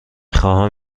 خواهم